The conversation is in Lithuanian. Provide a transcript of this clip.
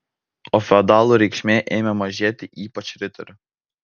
o feodalų reikšmė ėmė mažėti ypač riterių